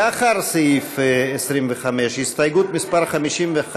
לאחרי סעיף 25, הסתייגות מס' 51, של